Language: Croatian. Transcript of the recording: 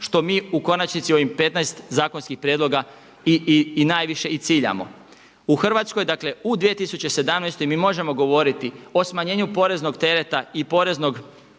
što mi u konačnici ovih 15 zakonskih prijedlog i najviše i ciljamo. U Hrvatskoj, dakle u 2017. mi možemo govoriti o smanjenju poreznog tereta i poreznog,